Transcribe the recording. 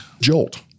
jolt